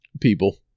people